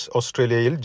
Australia